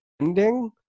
ending